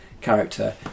character